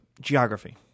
geography